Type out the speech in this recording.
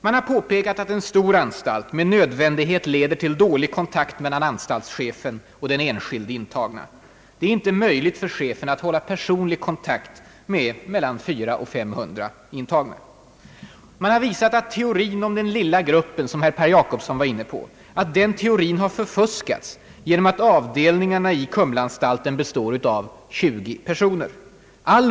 Man har påpekat att en stor anstalt med nödvändighet leder till dålig kontakt mellan anstaltschefen och den enskilde intagne. Det är inte möjligt för chefen att hålla personlig kontakt med mellan 400 och 500 intagna. Man har visat att teorin om »den lilla gruppen», som herr Per Jacobsson var inne på, har förfuskats genom att avdelningarna i Kumlaanstalten består av 20 personer.